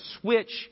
switch